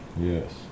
Yes